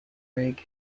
rig